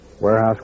Warehouse